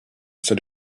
said